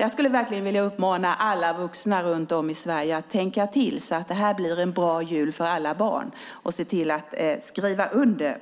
Jag vill verkligen uppmana alla vuxna i Sverige att tänka till så att det blir en bra jul för alla barn och skriva under.